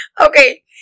Okay